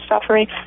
suffering